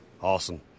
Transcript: awesome